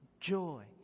Joy